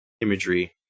imagery